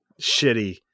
shitty